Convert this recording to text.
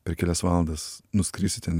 per kelias valandas nuskristi ten